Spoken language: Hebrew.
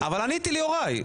עניתי ליוראי.